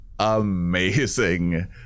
amazing